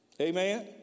Amen